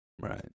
Right